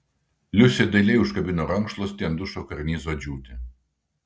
liusė dailiai užkabino rankšluostį ant dušo karnizo džiūti